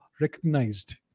recognized